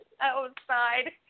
outside